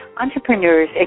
entrepreneurs